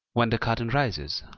when the curtain rises,